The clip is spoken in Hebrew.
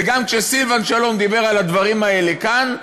וגם כשסילבן שלום דיבר על הדברים האלה כאן,